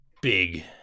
Big